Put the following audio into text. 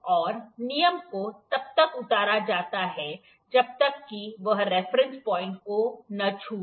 और नियम को तब तक उतारा जाता है जब तक कि वह रेफरेंस पाॅइंट को न छू ले